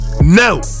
no